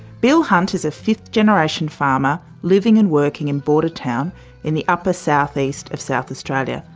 bill hunt is a fifth generation farmer living and working in bordertown in the upper south-east of south australia.